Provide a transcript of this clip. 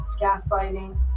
gaslighting